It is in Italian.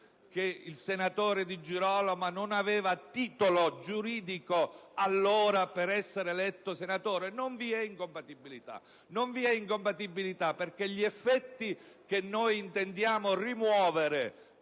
nel senatore Di Girolamo del titolo giuridico per essere eletto senatore. Non vi è incompatibilità perché gli effetti che noi intendiamo rimuovere